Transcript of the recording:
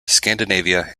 scandinavia